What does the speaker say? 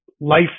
life